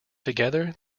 together